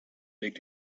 legt